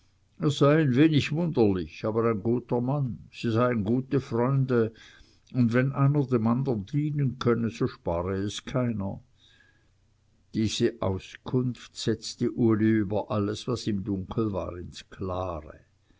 sei ein wenig wunderlich aber ein guter mann sie seien gute freunde und wenn einer dem andern dienen könne so spare es keiner diese auskunft setzte uli über alles was ihm dunkel war ins klare